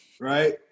right